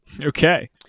Okay